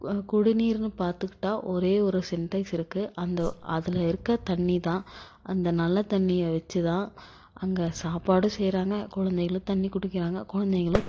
குடிநீர்னு பார்த்துக்கிட்டா ஒரே ஒரு சின்டெக்ஸ் இருக்குது அந்த அதில் இருக்க தண்ணி தான் அந்த நல்ல தண்ணியை வெச்சு தான் அங்கே சாப்பாடும் செய்கிறாங்க குழந்தைங்களும் தண்ணி குடிக்கிறாங்க குழந்தைங்களும்